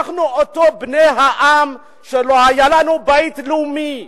אנחנו בני העם שלא היה לנו בית לאומי.